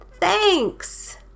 Thanks